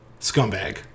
scumbag